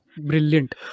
Brilliant